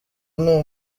nta